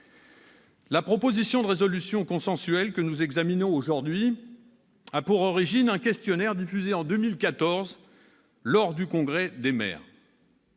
La proposition de résolution consensuelle que nous examinons aujourd'hui a pour origine un questionnaire diffusé en 2014, lors du Congrès des maires.